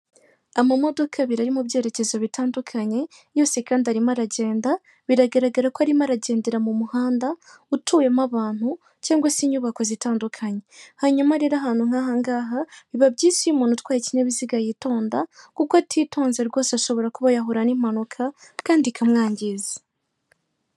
Amamodoka abiri ari mu byerekezo bitandukanye, yose kandi arimo aragenda, biragaragara ko arimo aragendera mu muhanda, utuwemo abantu cyangwa se inyubako zitandukanye,. Hanyuma rero ahantu nkaha ngaha , biba byiza iyo umuntu utwaye ikinyabiziga yitonda, kuko atitonze rwose ashobora kuba yahura n'impanuka kandi ikamwangiza.